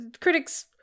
critics